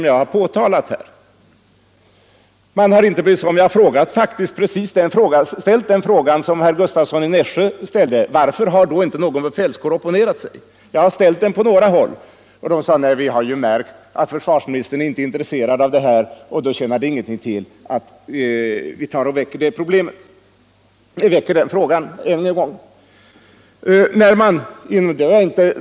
Jag har på några håll själv ställt precis den fråga som herr Gustavsson i Nässjö ställde: Varför har då inte någon befälskår opponerat sig? Man har då svarat mig: Vi har ju märkt att försvarsministern inte är intresserad av det här, och då tjänar det ingenting till att vi väcker frågan en gång till.